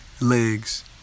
legs